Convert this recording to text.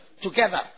together